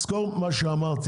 תזכור מה שאמרתי,